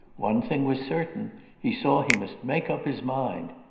one thing was certain he saw he must make up his mind.